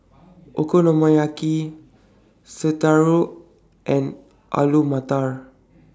Okonomiyaki Sauerkraut and Alu Matar